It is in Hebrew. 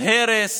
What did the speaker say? הרס